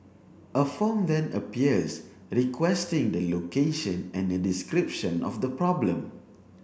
a form then appears requesting the location and a description of the problem